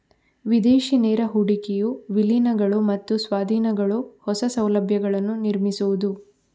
ವಿದೇಶಿ ನೇರ ಹೂಡಿಕೆಯು ವಿಲೀನಗಳು ಮತ್ತು ಸ್ವಾಧೀನಗಳು, ಹೊಸ ಸೌಲಭ್ಯಗಳನ್ನು ನಿರ್ಮಿಸುವುದು